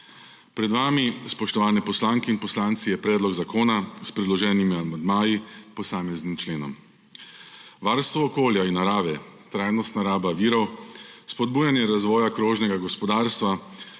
Pred vami, spoštovane poslanke in poslanci, je predlog zakona s predloženimi amandmaji k posameznim členom. Varstvo okolja in narave, trajnostna raba virov, spodbujanje razvoja krožnega gospodarstva